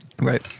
Right